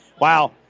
Wow